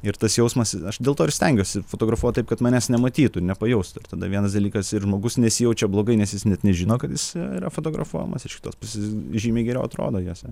ir tas jausmas aš dėl to ir stengiuosi fotografuot taip kad manęs nematytų ir nepajaustų tada vienas dalykas ir žmogus nesijaučia blogai nes jis net nežino kad jis yra fotografuojamas iš kitos pusės žymiai geriau atrodo juose